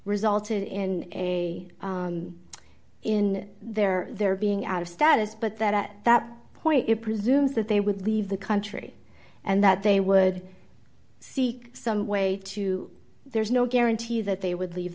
resulted in a in their their being out of status but that at that point it presumes that they would leave the country and that they would seek some way to there's no guarantee that they would leave